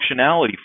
functionality